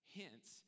hence